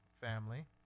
family